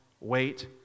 wait